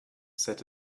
said